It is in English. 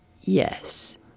Yes